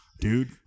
Dude